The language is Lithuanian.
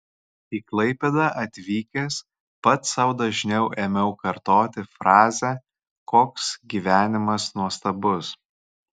į klaipėdą atvykęs pats sau dažniau ėmiau kartoti frazę koks gyvenimas nuostabus